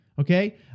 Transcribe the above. okay